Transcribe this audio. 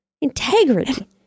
Integrity